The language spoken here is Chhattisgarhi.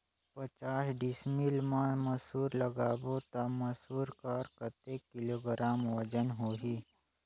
पचास डिसमिल मा मसुर लगाबो ता मसुर कर कतेक किलोग्राम वजन होही?